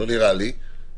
לא נראה לי.